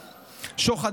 שוחד,